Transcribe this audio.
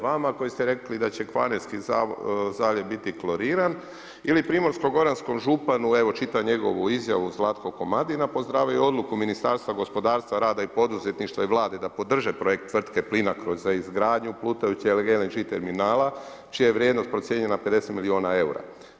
Vama koji ste rekli da će Kvarnerski zaljev biti kloriran ili Primorsko-goranskom županu, evo čitam njegovu izjavu Zlatko Komadina pozdravio je odluku Ministarstva gospodarstva, rada i poduzetništva i Vlade da podrže projekt Tvrtke Plinacro za izgradnju plutajućeg LNG terminala čija je vrijednost procijenjena na 50 milijuna eura.